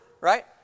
right